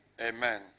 Amen